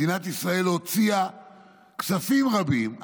מדינת ישראל הוציאה כספים רבים,